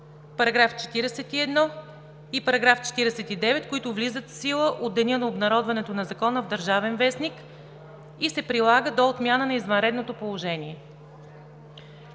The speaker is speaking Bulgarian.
до 31, § 41 и § 49, които влизат в сила от деня на обнародването на Закона в „Държавен вестник“ и се прилага до отмяна на извънредното положение.“